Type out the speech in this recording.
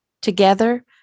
Together